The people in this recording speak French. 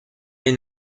les